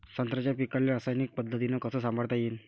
संत्र्याच्या पीकाले रासायनिक पद्धतीनं कस संभाळता येईन?